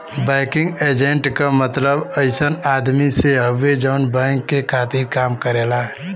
banking agent क मतलब अइसन आदमी से हउवे जौन बैंक के खातिर काम करेला